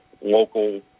local